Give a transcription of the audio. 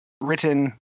written